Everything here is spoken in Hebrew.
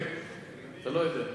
אתה לא יודע.